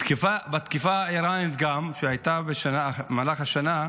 בתקיפה האיראנית, שהייתה בשנה במהלך השנה,